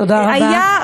תודה רבה.